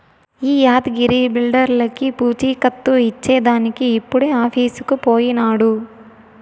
ఈ యాద్గగిరి బిల్డర్లకీ పూచీకత్తు ఇచ్చేదానికి ఇప్పుడే ఆఫీసుకు పోయినాడు